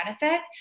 benefit